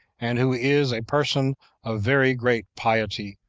and who is a person of very great piety,